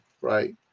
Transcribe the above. right